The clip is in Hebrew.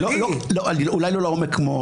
לא אולי לעומק כמו